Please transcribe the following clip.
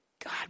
God